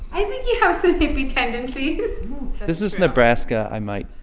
i think you have some hippie tendencies this is nebraska. i might.